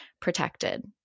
protected